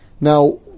now